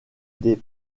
des